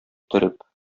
төреп